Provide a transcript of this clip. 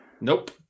Nope